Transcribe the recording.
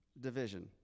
Division